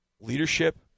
leadership